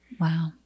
Wow